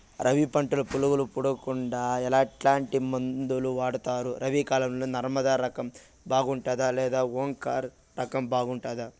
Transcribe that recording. రబి పంటల పులుగులు పడకుండా ఎట్లాంటి మందులు వాడుతారు? రబీ కాలం లో నర్మదా రకం బాగుంటుందా లేదా ఓంకార్ రకం బాగుంటుందా?